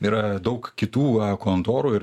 yra daug kitų kontorų ir